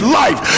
life